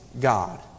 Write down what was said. God